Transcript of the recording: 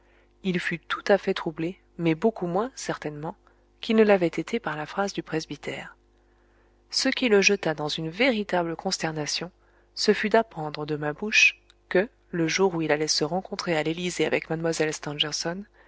il fut tout à fait troublé mais beaucoup moins certainement qu'il ne l'avait été par la phrase du presbytère ce qui le jeta dans une véritable consternation ce fut d'apprendre de ma bouche que le jour où il allait se rencontrer à l'élysée avec mlle stangerson